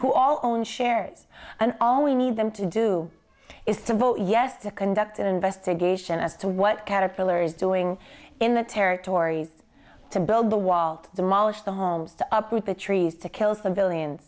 all own shares and all we need them to do is to vote yes to conduct an investigation as to what caterpillar is doing in the territory to build the wall demolish the homes to up with the trees to kill civilians